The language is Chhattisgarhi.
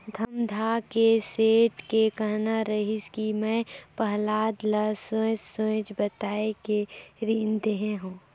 धमधा के सेठ के कहना रहिस कि मैं पहलाद ल सोएझ सोएझ बताये के रीन देहे हो